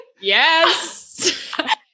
Yes